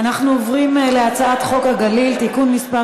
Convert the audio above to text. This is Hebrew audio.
אנחנו עוברים להצעת חוק הגליל (תיקון מס'